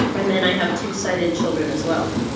and then i have two sighted children as well.